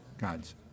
God's